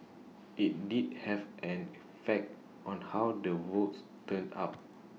IT did have an effect on how the votes turned out